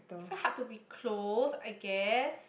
quite hard to be closed I guess